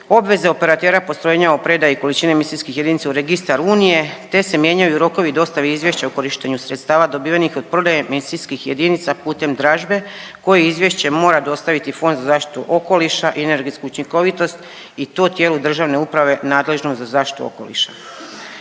obveze operatera postrojenja o predaji količini emisijskih jedinica u registar Unije te se mijenjaju rokovi o dostavi izvješća o korištenju sredstava dobivenih od prodaje medicinskih jedinica putem dražbe koje izvješće mora dostaviti Fond za zaštitu okoliša i energetsku učinkovitost i to tijelo Državne uprave nadležno za zaštitu okoliša,